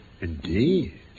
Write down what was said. Indeed